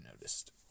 noticed